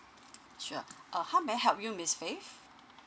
sure uh how may I help you miss fave